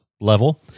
level